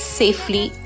safely